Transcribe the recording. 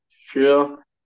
Sure